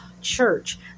church